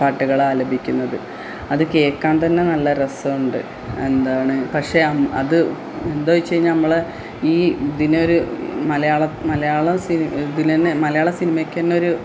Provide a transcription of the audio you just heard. പാട്ടുകളാലപിക്കുന്നത് അത് കേൾക്കാൻ തന്നെ നല്ല രസമുണ്ട് എന്താണ് പക്ഷേ അത് എന്താ വെച്ചാൽ കഴിഞ്ഞാൽ നമ്മൾ ഈ ഇതിനൊരു മലയാളം മലയാളം സി ഇതിനു തന്നെ മലയാള സിനിമക്കന്നൊരു